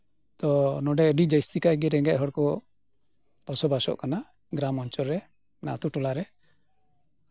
ᱛᱚ ᱱᱚᱰᱮ ᱡᱟᱹᱥᱛᱤ ᱠᱟᱭᱛᱮ ᱨᱮᱸᱜᱮᱡ ᱦᱚᱲᱠᱚ ᱵᱚᱥᱚᱵᱟᱥᱚᱜ ᱠᱟᱱᱟ ᱜᱨᱟᱢ ᱚᱧᱪᱚᱞᱨᱮ ᱟᱛᱳ ᱴᱚᱞᱟᱨᱮ